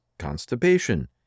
constipation